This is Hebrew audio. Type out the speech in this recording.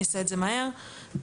הדבר הראשון,